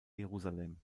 jerusalem